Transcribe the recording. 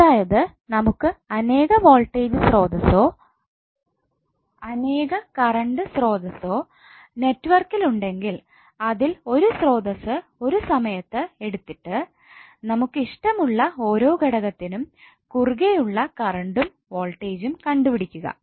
അതായത് നമുക്ക് അനേക വോൾട്ടജ് സ്രോതസ്സ്സോ അനേക കറണ്ട് സ്രോതസ്സ്സോ നെറ്റ്വർകിൽ ഉണ്ടെങ്കിൽ അതിൽ ഒരു സ്രോതസ്സ് ഒരു സമയത് എടുത്തിട്ട് നമുക്ക് ഇഷ്ടമുള്ള ഓരോ ഘടകത്തിനും കുറുകെ ഉള്ള കറണ്ടും വോൾട്ടേജും കണ്ടുപിടിക്കുക